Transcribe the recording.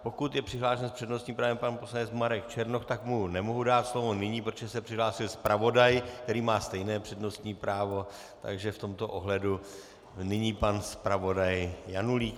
Pokud je přihlášen s přednostním právem pan poslanec Marek Černoch, tak mu nemohu dát slovo nyní, protože se přihlásil zpravodaj, který má stejné přednostní právo, takže v tomto ohledu nyní pan zpravodaj Janulík.